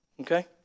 okay